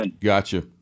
Gotcha